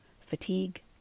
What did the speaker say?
Fatigue